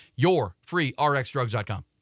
YourFreeRxDrugs.com